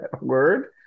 word